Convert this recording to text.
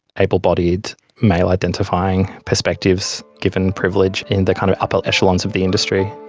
able-bodied, male-identifying perspectives given privilege in the kind of upper echelons of the industry